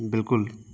باکل